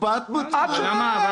הקפאת מצב.